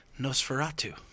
Nosferatu